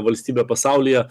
valstybė pasaulyje